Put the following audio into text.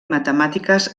matemàtiques